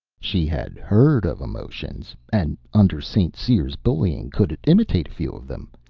she had heard of emotions, and under st. cyr's bullying could imitate a few of them,